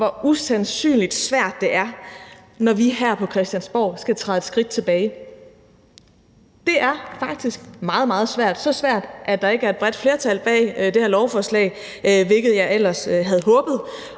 hvor usandsynlig svært det er, når vi her på Christiansborg skal træde et skridt tilbage. Det er faktisk meget, meget svært – så svært, at der ikke er et bredt flertal bag det her lovforslag, hvilket jeg ellers havde håbet